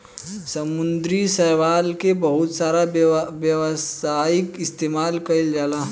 समुंद्री शैवाल के बहुत सारा व्यावसायिक इस्तेमाल कईल जाला